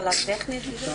כל